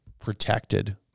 protected